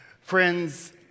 Friends